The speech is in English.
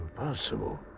impossible